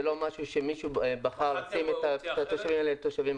זה לא שמישהו בחר לשים את התושבים האלה עם תושבים אחרים.